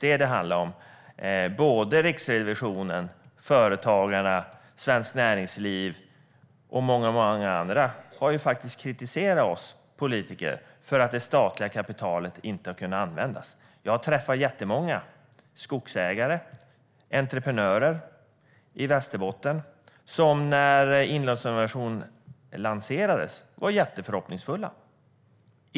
Det handlade ju om det. Riksrevisionen, Företagarna, Svenskt Näringsliv och många andra har kritiserat oss politiker för att det statliga kapitalet inte har kunnat användas. Jag har träffat jättemånga skogsägare och entreprenörer i Västerbotten som var förhoppningsfulla när Inlandsinnovation lanserades.